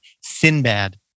Sinbad